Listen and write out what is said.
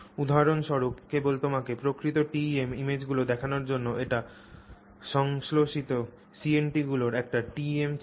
উদাহরণস্বরূপ কেবল তোমাকে প্রকৃত TEM ইমেজগুলি দেখানোর জন্য এটি সংশ্লেষিত CNT গুলির একটি TEM চিত্র